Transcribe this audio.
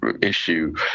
issue